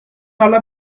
حالا